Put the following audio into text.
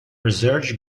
research